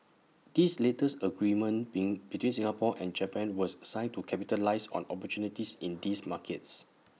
this latest agreement been between Singapore and Japan was signed to capitalise on opportunities in these markets